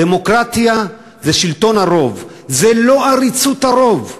דמוקרטיה זה שלטון הרוב, זה לא עריצות הרוב.